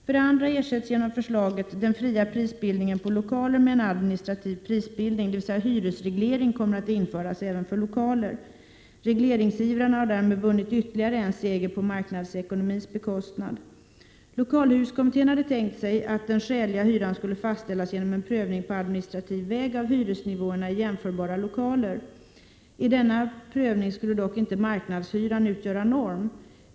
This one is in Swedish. För det andra ersätts genom förslaget den fria prisbildningen på lokaler med en administrativ prisbildning, dvs. hyresreglering kommer att införas även för lokaler. Regleringsivrarna har därmed vunnit ytterligare en seger på marknadsekonomins bekostnad. Lokalhyreskommittén hade tänkt sig att den skäliga hyran skulle fastställas genom en prövning på administrativ väg av hyresnivåerna i jämförbara lokaler. I denna prövning skulle dock inte marknadshyran utgöra norm.